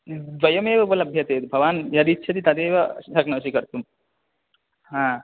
द्वयमेव उपलभ्यते भवान् यदिच्छति तदेव शक्नोषि कर्तुं हा